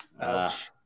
Ouch